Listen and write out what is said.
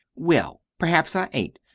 well, perhaps i ain't.